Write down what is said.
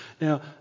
Now